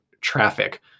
traffic